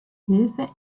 hilfe